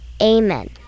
Amen